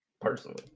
Personally